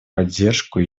поддержку